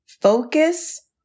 Focus